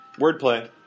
Wordplay